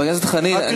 חבר הכנסת חנין,